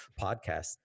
podcast